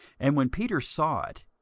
and when peter saw it,